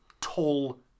tall